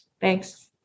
Thanks